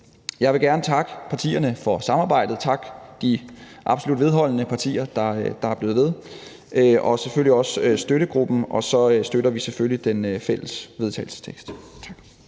Jeg vil gerne takke partierne for samarbejdet, takke de absolut vedholdende partier, der er blevet ved, og selvfølgelig også støttegruppen. Og så vi støtter selvfølgelig den fælles vedtagelsestekst. Tak.